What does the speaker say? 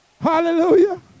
Hallelujah